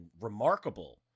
remarkable